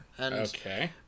Okay